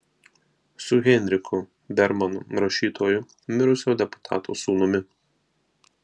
su heinrichu bermanu rašytoju mirusio deputato sūnumi